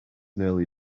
nearly